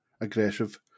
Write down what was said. aggressive